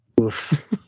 Oof